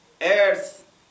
earth